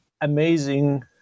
amazing